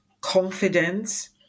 confidence